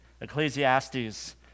Ecclesiastes